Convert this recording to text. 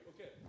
Okay